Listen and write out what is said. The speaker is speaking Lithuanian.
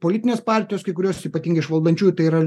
politinės partijos kai kurios ypatingai iš valdančiųjų tai yra